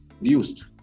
reduced